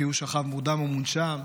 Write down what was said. כי הוא שכב מורדם ומונשם,